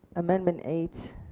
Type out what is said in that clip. amendment eight?